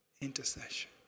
intercession